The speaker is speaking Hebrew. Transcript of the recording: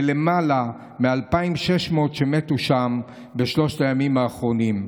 ולמעלה מ-2,600 מתו שם בשלושת הימים האחרונים.